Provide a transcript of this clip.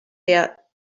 der